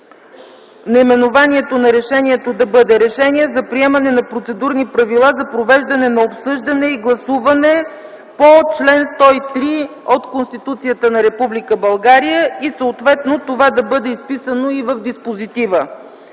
наименованието на решението да бъде: „Решение за приемане на процедурни правила за провеждане на обсъждане и гласуване по чл. 103 от Конституцията на Република България”. Съответно това да бъде изписано и в диспозитива: